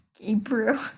Gabriel